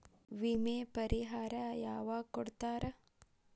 ವಿಮೆ ಪರಿಹಾರ ಯಾವಾಗ್ ಕೊಡ್ತಾರ?